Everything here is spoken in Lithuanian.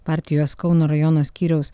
partijos kauno rajono skyriaus